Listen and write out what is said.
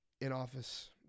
in-office